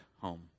home